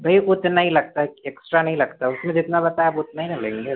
भैया उतना ही लगता है एक्स्ट्रा नहीं लगता है उसमें जितना बताया आप उतना ही न लेंगे